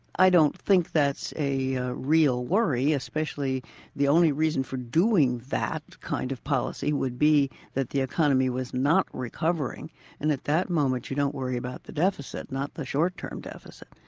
i don't think that's a real worry, especially the only reason for doing that kind of policy would be that the economy is not recovering and at that moment, you don't worry about the deficit, not the short-term deficit.